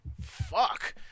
Fuck